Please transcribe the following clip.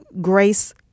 grace